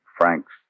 Franks